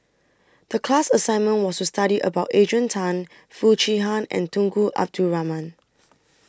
The class assignment was to study about Adrian Tan Foo Chee Han and Tunku Abdul Rahman